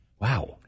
Wow